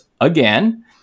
again